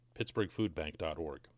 pittsburghfoodbank.org